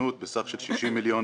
בסדר.